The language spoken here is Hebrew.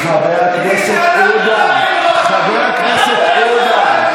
חבר הכנסת עודה, חבר הכנסת עודה.